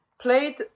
played